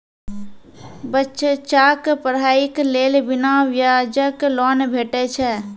बच्चाक पढ़ाईक लेल बिना ब्याजक लोन भेटै छै?